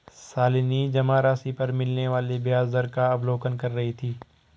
शालिनी जमा राशि पर मिलने वाले ब्याज दर का अवलोकन कर रही थी